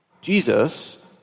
Jesus